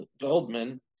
Goldman